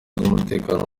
z’umutekano